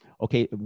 Okay